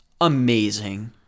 amazing